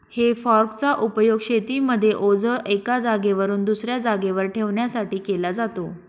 हे फोर्क चा उपयोग शेतीमध्ये ओझ एका जागेवरून दुसऱ्या जागेवर ठेवण्यासाठी केला जातो